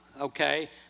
Okay